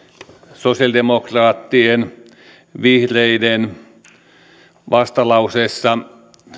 sosialidemokraattien vihreiden vastalauseessahan